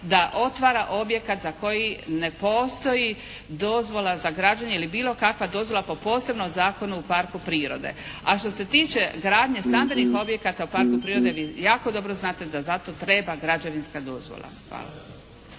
da otvara objekat za koji ne postoji dozvola za građenje ili bilo kakva dozvola po posebnom zakonu u parku prirode. A što se tiče gradnje stambenih objekata u parku prirode vi vrlo dobro znate da za to treba građevinska dozvola. Hvala.